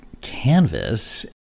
canvas